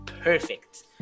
perfect